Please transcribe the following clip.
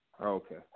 Okay